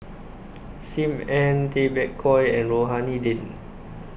SIM Ann Tay Bak Koi and Rohani Din